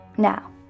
Now